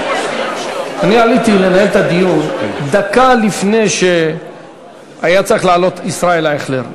אני עליתי לנהל את הדיון דקה לפני שהיה צריך לעלות ישראל אייכלר.